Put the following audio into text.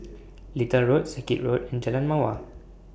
Little Road Circuit Road and Jalan Mawar